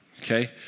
Okay